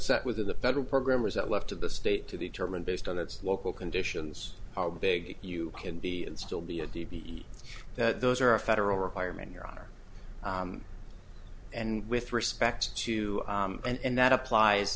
set within the federal program or is that left of the state to determine based on its local conditions are big you can be and still be a d v e that those are a federal requirement your honor and with respect to and that applies